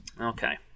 Okay